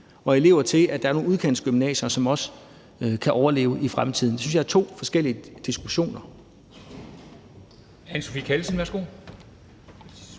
og elever til nogle udkantsgymnasier, så de også kan overleve i fremtiden. Det synes jeg er to forskellige diskussioner.